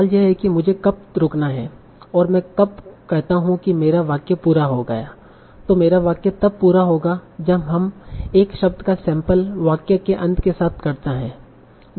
सवाल यह है कि मुझे कब रुकना है और मै कब कहता हु की मेरा वाक्य पूरा हो गया है तों मेरा वाक्य तब पूरा होगा जब हम एक शब्द का सैंपल वाक्य के अंत के साथ करता है